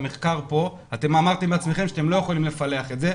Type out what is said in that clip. אתם בעצמכם אמרתם שאתם לא יכולים לפלח את זה,